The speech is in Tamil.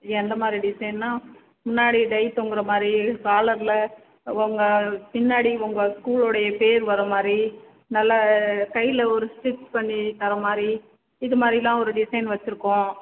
எந்த மாதிரி டிசைன்னால் முன்னாடி டை தொங்குகிற மாதிரி இது காலரில் உங்கள் பின்னாடி உங்கள் ஸ்கூல் உடைய பேர் வர்ற மாதிரி நல்லா கையில் ஒரு ஸ்டிச் பண்ணி தர்ற மாதிரி இதுமாரிலாம் ஒரு டிசைன் வச்சிருக்கோம்